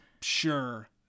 Sure